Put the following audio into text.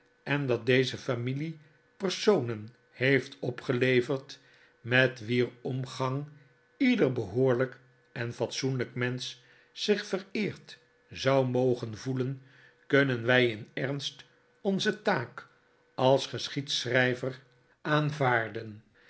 en dat deze familie personen heeft opgeleverd met wier omgang ieder behoorlijk en fatsoenlijk mensch zich vereerd zou mogen voelen kunnen wij in ernst onze taak als geschiedschrijver aanvaarden